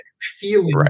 Feeling